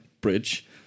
bridge